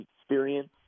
experience